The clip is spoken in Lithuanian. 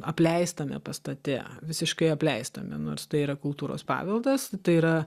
apleistame pastate visiškai apleistame nors tai yra kultūros paveldas tai yra